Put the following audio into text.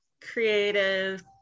creative